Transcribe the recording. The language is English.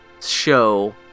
show